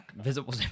Visible